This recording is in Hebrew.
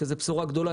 שזאת בשורה גדולה.